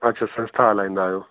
अच्छा संस्था हलाईंदा आहियो